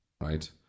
Right